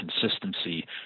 consistency